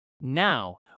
Now